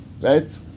right